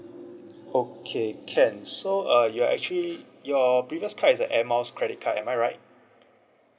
okay can so uh you are actually your previous card is a air miles credit card am I right